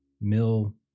mill